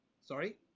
Sorry